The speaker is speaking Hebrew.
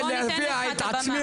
בוא ניתן לך את הבמה.